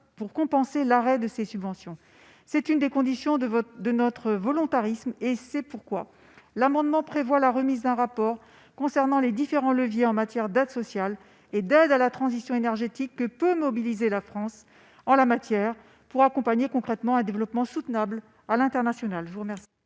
pour compenser l'arrêt de ces subventions. C'est une des conditions de notre volontarisme. C'est pourquoi nous demandons la remise d'un rapport concernant les différents leviers en matière d'aide sociale et d'aide à la transition énergétique que peut mobiliser la France en la matière pour accompagner concrètement un développement soutenable à l'international.